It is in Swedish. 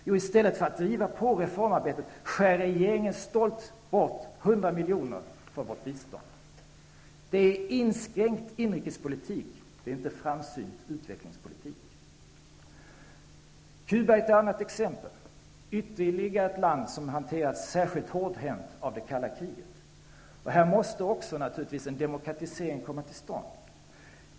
Jo, i stället för att driva på reformarbetet skär regeringen stolt bort 100 milj.kr. från vårt bistånd. Det är inskränkt inrikespolitik. Det är inte framsynt utvecklingspolitik. Cuba är ett annat exempel. Det är ytterligare ett land som hanterats särskilt hårdhänt av det kalla kriget. Här måste naturligtvis också en demokratisering komma till stånd.